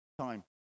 time